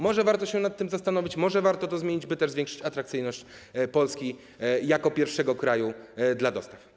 Może warto się nad tym zastanowić, może warto to zmienić, by zwiększyć atrakcyjność Polski jako pierwszego kraju dla dostaw.